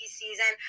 season